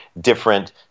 different